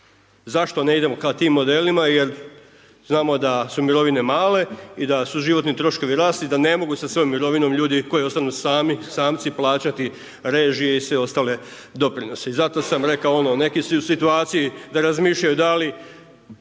Zašto ne idemo ka tim modelima? Jer znamo da su mirovine male i da su životni troškovi rasli i da ne mogu sa svojom mirovinom ljudi koji ostanu sami, samci, plaćati režije i sve ostale doprinose. I zato sam rekao ono neki su i u situaciji da razmišljaju da li